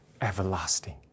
everlasting